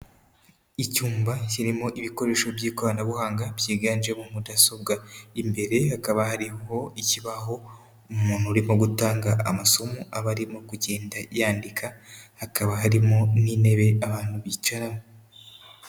Icyumba kirimo ibikoresho by'ikoranabuhanga byiganjemo mudasobwa, imbere hakaba hariho ikibaho umuntu urimo gutanga amasomo aba arimo kugenda yandika, hakaba harimo n'intebe abantu bicaraho.